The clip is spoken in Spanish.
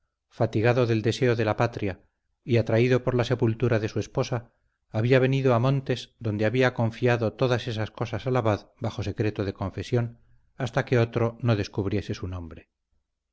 fatigado del deseo de la patria y atraído por la sepultura de su esposa había venido a montes donde había confiado todas esas cosas al abad bajo secreto de confesión hasta que otro no descubriese su nombre